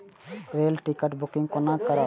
Rail ticket booking कोना करब?